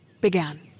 began